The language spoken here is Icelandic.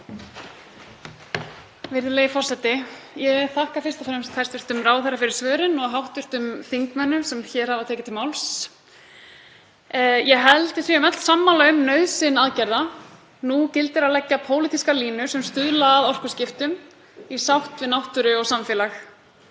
Virðulegi forseti. Ég þakka fyrst og fremst hæstv. ráðherra fyrir svörin og hv. þingmönnum sem hér hafa tekið til máls. Ég held að við séum öll sammála um nauðsyn aðgerða. Nú gildir að leggja pólitískar línur sem stuðla að orkuskiptum í sátt við náttúru og samfélag.